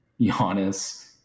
Giannis